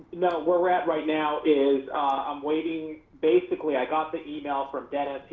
where we're at right now is i'm waiting. basically i got the email from dennis,